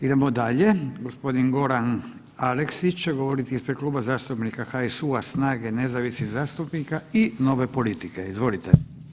Idemo dalje, g. Goran Aleksić će govoriti ispred Kluba zastupnika HSU-a, SNAGA-e, nezavisnih zastupnika i Nove politike, izvolite.